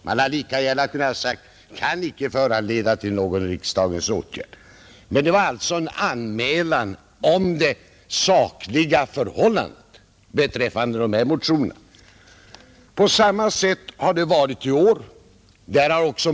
Vi hade lika gärna kunnat skriva att motionerna icke kunde föranleda någon riksdagens åtgärd, men vi gjorde alltså en anmälan om det sakliga förhållandet. På samma sätt har det varit i år.